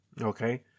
Okay